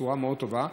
בשורה מאוד טובה.